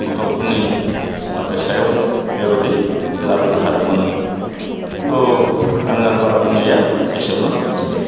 गथ'फोरनि सायाव बेबादि लाबोनो हादोंमोन थह आं आर बारा बुंलिया एसेयावनो फोजोब्बाय